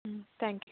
ம் thank you